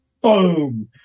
Boom